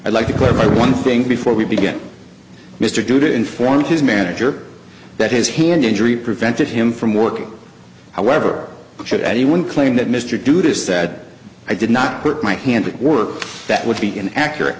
i'd like to clarify one thing before we began mr dude informed his manager that his hand injury prevented him from working however should anyone claim that mr do this that i did not put my hand to work that would be an ac